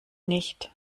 nicht